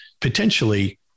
potentially